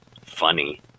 funny